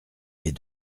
est